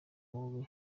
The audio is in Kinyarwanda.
mubi